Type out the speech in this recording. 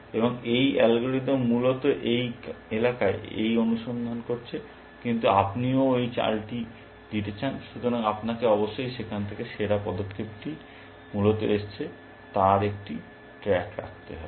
এবং এই অ্যালগরিদম মূলত এই এলাকায় এই অনুসন্ধান করছে কিন্তু আপনি ঐ চালটিও দিতে চান সুতরাং আপনাকে অবশ্যই যেখান থেকে সেরা পদক্ষেপটি মূলত এসেছে তার একটি ট্র্যাক রাখতে হবে